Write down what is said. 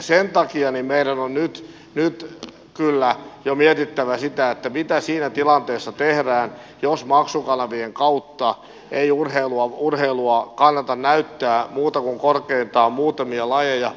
sen takia meidän on nyt kyllä jo mietittävä sitä mitä siinä tilanteessa tehdään jos maksukanavien kautta ei urheilua kannata näyttää muuta kuin korkeintaan muutamia lajeja